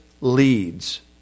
leads